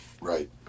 Right